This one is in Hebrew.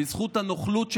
בזכות הנוכלות שלך,